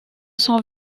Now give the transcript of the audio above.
son